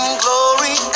glory